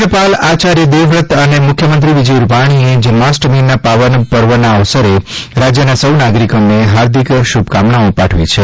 રાજ્યપાલશ્રી આચાર્ય દેવવ્રત અને મુખ્યમંત્રી શ્રી વિજય રૂપાણીએ જન્માષ્ટમીના પાવન પર્વના અવસરે રાજ્યના સો નાગરિકોને હાર્દિક શુભકામનાઓ પાઠવી છે